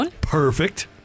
Perfect